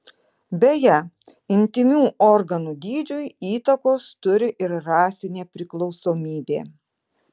beje intymių organų dydžiui įtakos turi ir rasinė priklausomybė